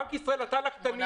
בנק ישראל נתן לקטנים.